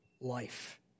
life